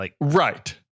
Right